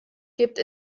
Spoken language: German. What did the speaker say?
gibt